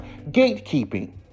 Gatekeeping